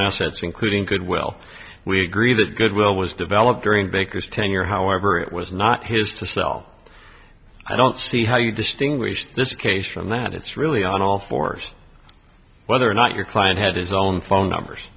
assets including goodwill we agree that good will was developed during baker's tenure however it was not his to sell i don't see how you distinguish this case from that it's really on all fours whether or not your client has his own phone numbers